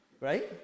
Right